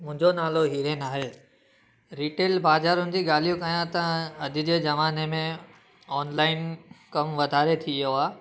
मुंहिंजो नालो हीरेन आहे रिटेल बाज़ारुनि जी ॻाल्हियूं कयां त अॼु जे ज़माने में ऑनलाइन कमु वाधारे थी वियो आहे